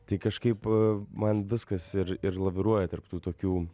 tai kažkaip man viskas ir ir laviruoja tarp tų tokių